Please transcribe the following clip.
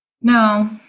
No